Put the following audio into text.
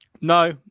No